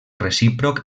recíproc